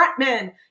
frontmen